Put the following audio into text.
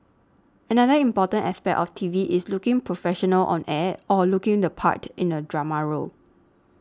another important aspect of T V is looking professional on air or looking the part in a drama role